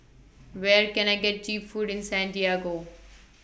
Where Can I get Cheap Food in Santiago